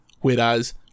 whereas